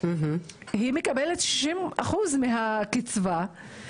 היא מקבלת 60% מהקצבה,